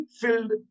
filled